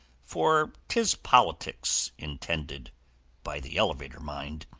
for tis politics intended by the elevator, mind,